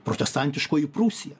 protestantiškoji prūsija